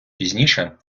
пізніше